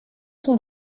sont